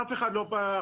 אף אחד לא פנה.